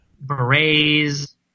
berets